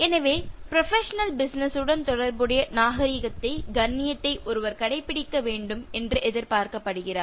எனவே இந்த professional business உடன் தொடர்புடைய நாகரீகத்தை கண்ணியத்தை ஒருவர் கடைபிடிக்க வேண்டும் என்று எதிர்பார்க்கப்படுகிறார்